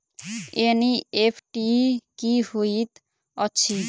NEFT की होइत अछि?